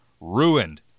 ruined